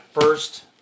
first